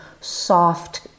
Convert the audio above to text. soft